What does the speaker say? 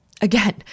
Again